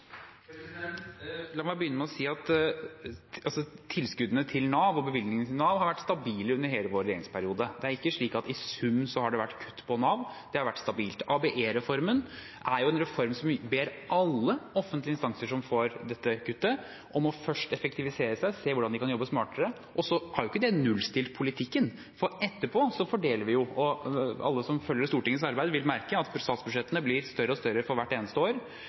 La meg begynne med å si at tilskuddene og bevilgningene til Nav har vært stabile under hele vår regjeringsperiode. Det er ikke slik at i sum har det vært kutt på Nav. Det har vært stabilt. ABE-reformen er en reform der vi ber alle offentlige instanser som får dette kuttet, først om å effektivisere, og så se hvordan de kan jobbe smartere. Det har ikke nullstilt politikken, for etterpå fordeler vi jo. Alle som følger Stortingets arbeid vil merke at statsbudsjettene blir større og større for hvert eneste år,